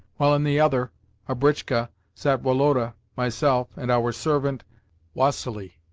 while in the other a britchka sat woloda, myself, and our servant vassili.